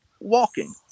walking